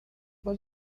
was